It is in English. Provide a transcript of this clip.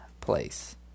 place